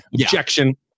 objection